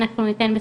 אנחנו ניתן בשמחה.